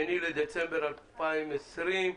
היום ה-2 בדצמבר 2020,